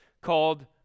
called